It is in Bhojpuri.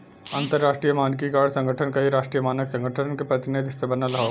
अंतरराष्ट्रीय मानकीकरण संगठन कई राष्ट्रीय मानक संगठन के प्रतिनिधि से बनल हौ